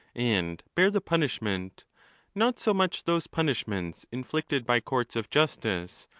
and bear the punishment not so much those punishments inflicted by courts of justice,